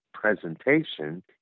presentation